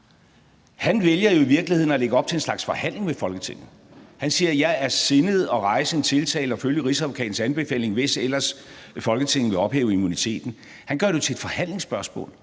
vælger jo i virkeligheden at lægge op til en slags forhandling med Folketinget. Han siger: Jeg er sindet at rejse en tiltale og følge Rigsadvokatens tiltale, hvis ellers Folketinget vil ophæve immuniteten. Han gør det jo til et forhandlingsspørgsmål.